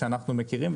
שאנחנו מכירים,